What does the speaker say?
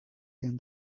and